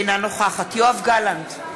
אינה נוכחת יואב גלנט,